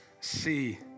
see